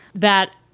that.